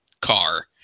car